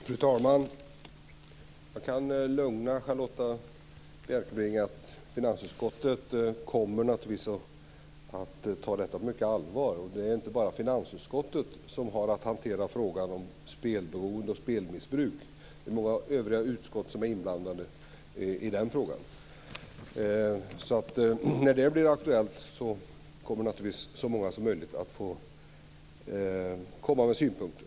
Fru talman! Jag kan lugna Charlotta L Bjälkebring med att finansutskottet naturligtvis kommer att ta detta på mycket stort allvar, och det är inte bara finansutskottet som har att hantera frågan om spelberoende och spelmissbruk. Det är många övriga utskott som är inblandade i den frågan. När det blir aktuellt kommer så många som möjligt att få lämna synpunkter.